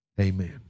Amen